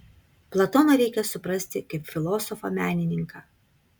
platoną reikia suprasti kaip filosofą menininką